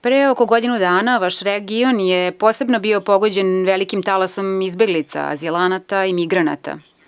Pre oko godinu dana vaš region je posebno bio pogođen velikim talasom izbeglica, azilanata i migranata.